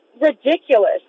ridiculous